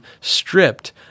stripped